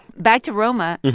back to roma,